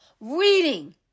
reading